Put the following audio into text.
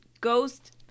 ghost